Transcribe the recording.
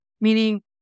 Meaning